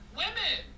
women